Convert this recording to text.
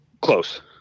close